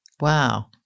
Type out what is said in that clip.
Wow